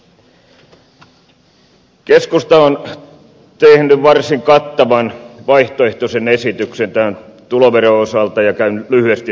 keskusta on tehnyt varsin kattavan vaihtoehtoisen esityksen tämän tuloveron osalta ja käyn lyhyesti sitä läpi